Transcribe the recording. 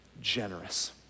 generous